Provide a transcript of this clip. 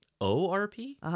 O-R-P